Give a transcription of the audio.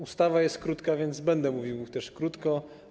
Ustawa jest krótka, więc będę mówił też krótko.